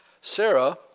Sarah